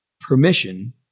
permission